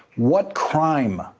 what crime,